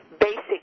basic